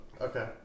Okay